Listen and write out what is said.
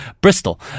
Bristol